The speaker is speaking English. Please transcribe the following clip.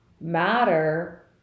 matter